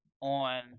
on